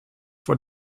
for